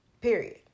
Period